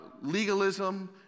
legalism